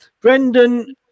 Brendan